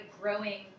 growing